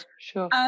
sure